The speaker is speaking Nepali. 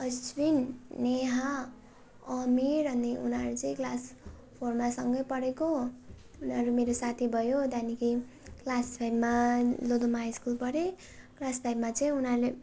अश्विन नेहा अमीर अनि उनीहरू चाहिँ क्लास फोरमा सँगै पढेको उनीहरू मेरो साथी भयो त्यहाँदेखि क्लास फाइभमा लोधोमा हाई स्कुल पढेँ क्लास फाइभमा चाहिँ उनीहरूले